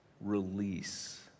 release